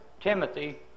Timothy